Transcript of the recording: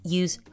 use